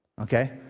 Okay